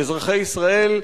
לאזרחי ישראל,